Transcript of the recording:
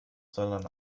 sondern